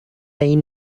این